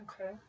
Okay